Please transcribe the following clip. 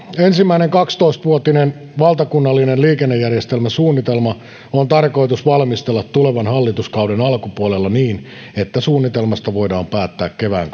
ensimmäinen kaksitoista vuotinen valtakunnallinen liikennejärjestelmäsuunnitelma on tarkoitus valmistella tulevan hallituskauden alkupuolella niin että suunnitelmasta voidaan päättää kevään